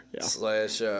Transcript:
Slash –